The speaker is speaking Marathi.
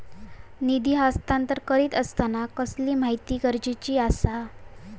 निधी हस्तांतरण करीत आसताना कसली माहिती गरजेची आसा?